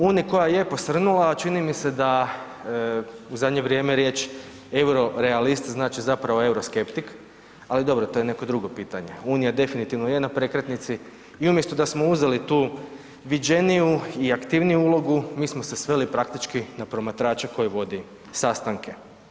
Uniji koja je posrnula, a čini mi se da u zadnje vrijeme riječ eurorealist znači zapravo euroskeptik, ali dobro to je neko drugo pitanje, unija definitivno je na prekretnici i umjesto da smo uzeli tu viđeniju i aktivniju ulogu mi smo se sveli praktički na promatrača koji vodi sastanke.